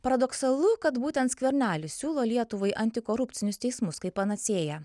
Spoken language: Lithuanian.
paradoksalu kad būtent skvernelis siūlo lietuvai antikorupcinius teismus kaip panacėją